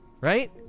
Right